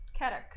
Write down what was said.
karak